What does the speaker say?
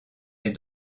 est